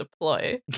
deploy